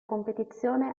competizione